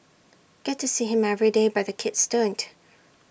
get to see him every day but the kids don't